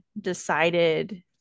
decided